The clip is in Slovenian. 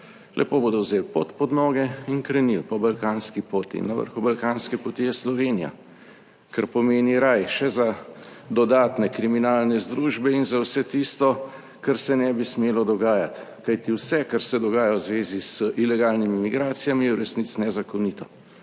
Lepo bodo vzeli pot pod noge in krenili po balkanski poti in na vrhu balkanske poti je Slovenija, kar pomeni raj še za dodatne kriminalne združbe in za vse tisto, kar se ne bi smelo dogajati, kajti vs, kar se dogaja v zvezi z ilegalnimi migracijami, je v resnici nezakonito,